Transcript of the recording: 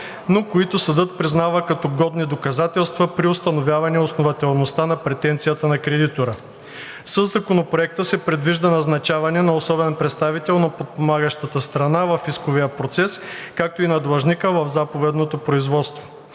но които съдът признава като годни доказателства при установяване основателността на претенцията на кредитора. Със Законопроекта се предвижда назначаване на особен представител на подпомагащата страна в исковия процес, както и на длъжника в заповедното производство.